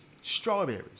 strawberries